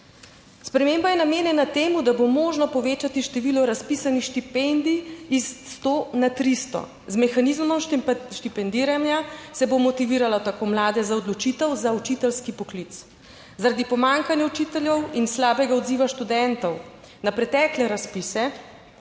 Sprememba je namenjena temu, da bo možno povečati število razpisanih štipendij iz 100 na 300. Z mehanizmom štipendiranja se bo motiviralo tako mlade za odločitev za učiteljski poklic. Zaradi pomanjkanja učiteljev in slabega odziva študentov na pretekle razpise